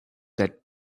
that